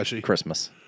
Christmas